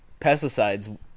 pesticides